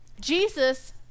Jesus